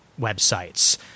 websites